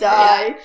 die